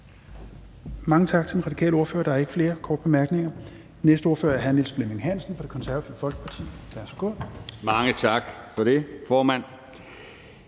Mange tak til den radikale ordfører. Der er ikke flere korte bemærkninger. Næste ordfører er hr. Niels Flemming Hansen fra Det Konservative Folkeparti. Værsgo. Kl. 16:43 (Ordfører)